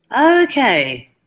okay